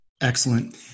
excellent